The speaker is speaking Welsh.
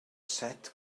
set